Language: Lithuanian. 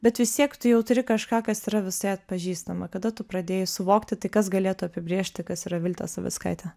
bet vis tiek tu jau turi kažką kas yra visai atpažįstama kada tu pradėjai suvokti tai kas galėtų apibrėžti kas yra viltė savickaitė